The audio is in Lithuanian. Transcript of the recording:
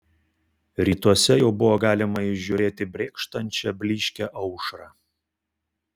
rytuose jau buvo galima įžiūrėti brėkštančią blyškią aušrą